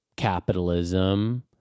capitalism